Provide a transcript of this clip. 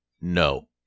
No